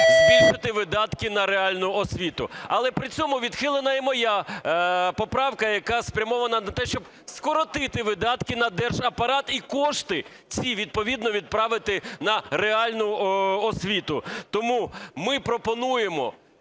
збільшити видатки на реальну освіту. Але при цьому відхилена і моя поправка, яка спрямована на те, щоб скоротити видатки на держапарат і кошти ці відповідно відправити на реальну освіту. Тому ми пропонуємо